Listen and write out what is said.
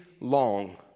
long